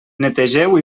netegeu